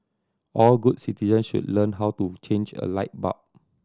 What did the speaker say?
all good citizen should learn how to change a light bulb